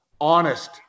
honest